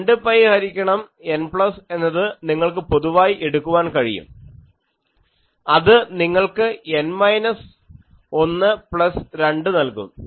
2 pi ഹരിക്കണം N plus എന്നത് നിങ്ങൾക്ക് പൊതുവായി എടുക്കാൻ കഴിയും അത് നിങ്ങൾക്ക് N മൈനസ് 1 പ്ലസ് 2 നൽകും